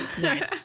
nice